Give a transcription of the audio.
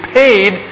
paid